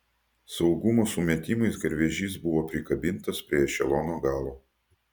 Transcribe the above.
saugumo sumetimais garvežys buvo prikabintas prie ešelono galo